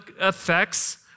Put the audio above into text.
effects